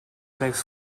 makes